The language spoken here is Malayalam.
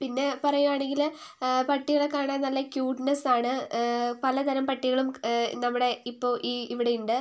പിന്നെ പറയുവാണെങ്കില് പട്ടികളെ കാണാൻ നല്ല ക്യൂട്ട്നെസ്സ് ആണ് പലതരം പട്ടികളും നമ്മുടെ ഇപ്പോൾ ഈ ഇവിടെ ഉണ്ട്